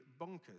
bonkers